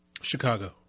Chicago